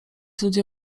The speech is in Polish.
ludzie